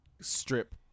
strip